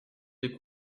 les